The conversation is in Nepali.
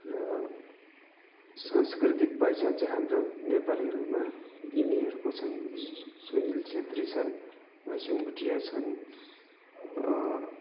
र सांस्कृतिक पहिचान चाहिँ हाम्रो नेपालीहरूमा यिनीहरूको छन् सुनिल छेत्री छन् भाइचुङ भोटिया छन्